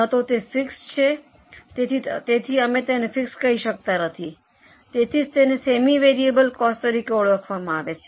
ન તો તે ફિક્સડ છે તેથી અમે તેને ફિક્સડ કહી શકતા નથી તેથી જ તેને સેમી વેરિયેબલમાં કોસ્ટ તરીકે ઓળખવામાં આવે છે